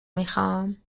میخوام